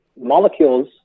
molecules